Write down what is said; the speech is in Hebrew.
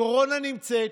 הקורונה נמצאת,